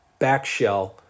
Backshell